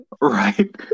Right